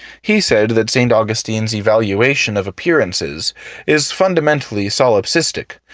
he said that st. augustine's evaluation of appearances is fundamentally solipsistic,